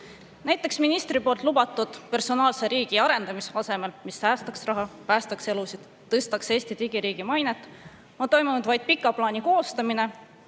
Näiteks ministri lubatud personaalse riigi arendamise asemel, mis säästaks raha, päästaks elusid ja tõstaks Eesti digiriigi mainet, on toimunud vaid pika plaani koostamine